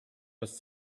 was